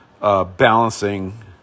balancing